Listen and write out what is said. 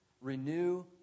Renew